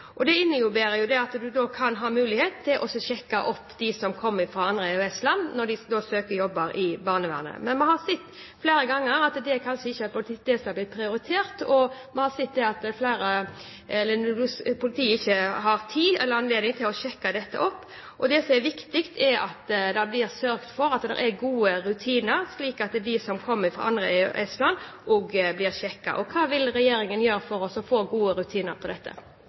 Det innebærer jo at man kan ha mulighet til å sjekke dem som kommer fra andre EØS-land, når de søker jobber i barnevernet. Men vi har sett flere ganger at det kanskje ikke er det som har blitt prioritert, og vi har sett at politiet ikke har hatt tid eller anledning til å sjekke dette opp. Det som er viktig, er at det blir sørget for at det er gode rutiner, slik at de som kommer fra andre EØS-land, også blir sjekket. Hva vil regjeringen gjøre for å få gode rutiner på dette?